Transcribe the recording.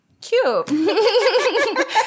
cute